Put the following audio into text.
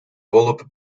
volop